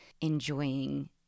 enjoying